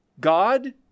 God